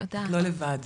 תודה רבה.